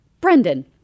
Brendan